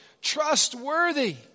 trustworthy